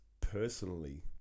personally